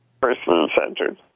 person-centered